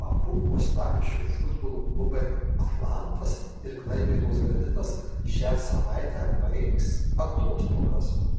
abu uostamiesčio futbolo klubai atlantas ir klaipėdos granitas šią savaitę baigs atostogas